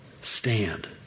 Stand